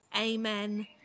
Amen